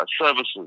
services